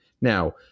now